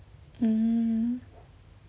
mm